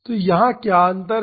तो यहाँ क्या अंतर है